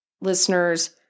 listeners